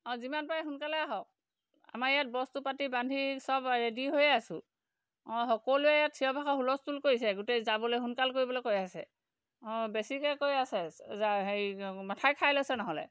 অঁ যিমান পাৰে সোনকালে আহক আমা ইয়াত বস্তু পাতি বান্ধি চব ৰেডি হৈয়ে আছো অঁ সকলোৱে ইয়াত চিঞৰ বাখৰ হুলস্থুল কৰিছে গোটেই যাবলৈ সোনকাল কৰিবলৈ কৈ আছে অঁ বেছিকৈ কৈ আছে হেৰি মাথাই খাই লৈছে নহ'লে